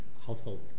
household